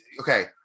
okay